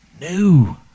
new